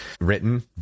written